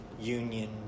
union